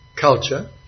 culture